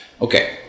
Okay